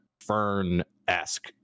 fern-esque